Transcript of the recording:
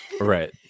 right